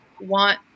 want